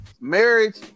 marriage